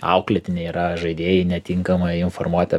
auklėtiniai yra žaidėjai netinkamai informuoti